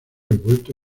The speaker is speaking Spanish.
envuelto